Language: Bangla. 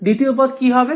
দ্বিতীয় পদ কি হবে